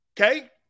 Okay